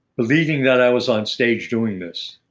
believing that i was on stage doing this.